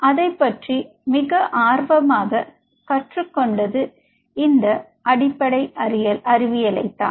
அதைப்பற்றி மிக ஆர்வமாக கற்றுக்கொண்டது இந்த அடிப்படை அறிவியலை தான்